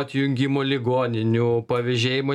atjungimo ligoninių pavėžėjimo